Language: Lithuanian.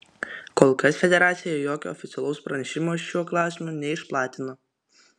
kol kas federacija jokio oficialaus pranešimo šiuo klausimu neišplatino